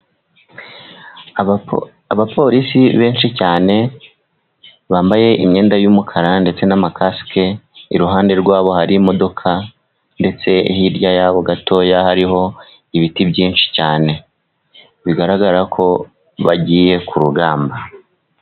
Abaporisi benshi cyane bambaye imyenda y'umukara ndetse n'amakasike. Iruhande rwabo hari imodoka, ndetse hirya yabo gato hariho ibiti byinshi cyane, bigaragara ko bagiye ku rugamba.